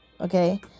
okay